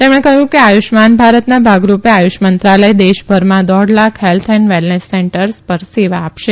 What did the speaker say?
તેમણે કહયું કે આયુષ્માન ભારતના ભાગરૂપે આયુષ મંત્રાલય દેશભરમાં દોઢ lakh health and wellness centres પર સેવા આપશે